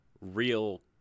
real